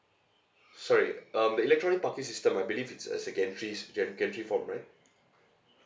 sorry um the electronic parking system I believe it's a secondary s~ en~ entry form right